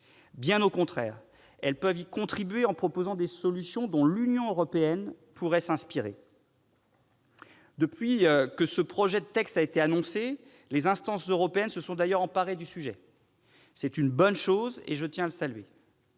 Bien au contraire, elles peuvent y contribuer en proposant des solutions dont l'Union européenne pourrait s'inspirer. Depuis que ces textes ont été annoncés, les instances européennes se sont d'ailleurs emparées du sujet. C'est une bonne chose et je tiens à le saluer.